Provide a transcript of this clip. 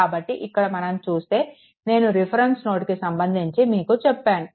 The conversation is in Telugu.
కాబట్టి ఇక్కడ మనం చూస్తే నేను రిఫరెన్స్ నోడ్ కి సంబంధించి మీకు చెప్పాను